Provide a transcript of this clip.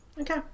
Okay